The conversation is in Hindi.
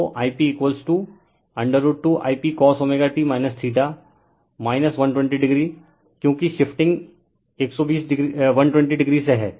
तो I p √2I p cos t refer टाइम0750 120 o क्योंकि शिफ्टिंग 120 o से हैं